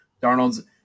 Darnold's